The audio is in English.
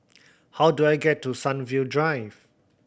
how do I get to Sunview Drive